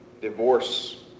divorce